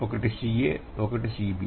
ఒకటి Ca ఆ మరొకటి Cb